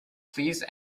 please